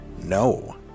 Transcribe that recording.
no